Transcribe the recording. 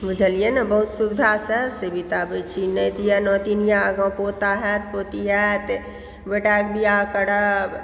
बुझलियै न बहुत सुविधासँ से बिताबैत छी नाति यऽ नातिन यऽ आगाँ पोता होयत पोती होयत बेटाक बिआह करब